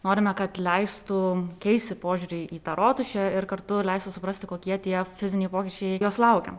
norime kad leistų keisti požiūrį į tą rotušę ir kartu leisti suprasti kokie tie fiziniai pokyčiai jos laukia